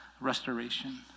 restoration